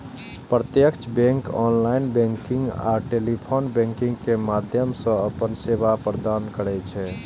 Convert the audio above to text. प्रत्यक्ष bank online banking आ telephone banking के माध्यम सं अपन सेवा प्रदान करै छै